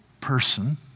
person